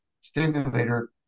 stimulator